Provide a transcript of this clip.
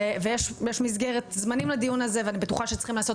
ויש מסגרת זמנים לדיון הזה ואני בטוחה שצריכים לעשות